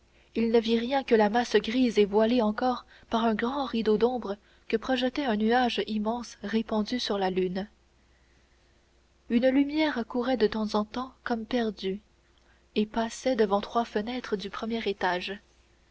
il ne vit rien que la masse grise et voilée encore par un grand rideau d'ombre que projetait un nuage immense répandu sur la lune une lumière courait de temps en temps comme éperdue et passait devant trois fenêtres du premier étage